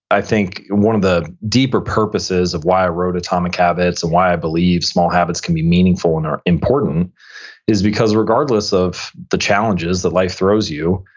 i think one of the deeper purposes of why i wrote atomic habits and why i believe small habits can be meaningful and important is because regardless of the challenges that life throws you,